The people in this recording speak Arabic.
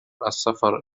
السفر